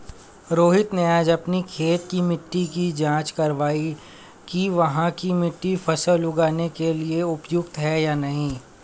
रोहित ने आज अपनी खेत की मिट्टी की जाँच कारवाई कि वहाँ की मिट्टी फसल उगाने के लिए उपयुक्त है या नहीं